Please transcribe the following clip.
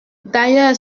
d’ailleurs